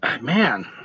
man